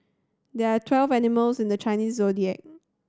there are twelve animals in the Chinese Zodiac